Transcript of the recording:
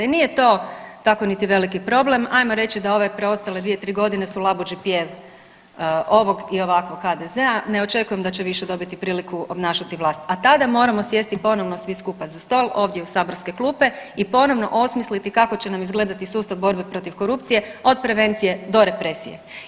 I nije to tako niti veliki problem, ajmo reći da ove preostale dvije, tri godine su labuđi pjev ovog ili ovakvog HDZ-a, ne očekujem da će više dobiti priliku obnašati vlast, a tada moramo sjesti ponovno svi kupa za stol, ovdje u saborske klupe i ponovno osmisliti kako će nam izgledati sustav borbe protiv korupcije od prevencije do represije.